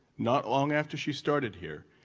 not long after she started here,